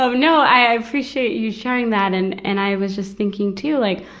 ah you know i appreciate you sharing that. and, and i was just thinking, too, like,